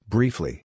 Briefly